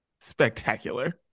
Spectacular